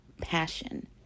passion